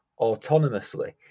autonomously